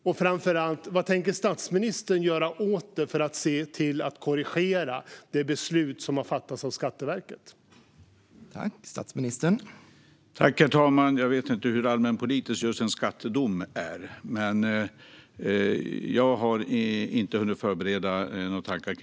Och framför allt: Vad tänker statsministern göra för att det beslut som har fattats av Skatteverket korrigeras?